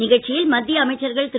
நிகழ்ச்சியில் மத்திய அமைச்சர்கள் திரு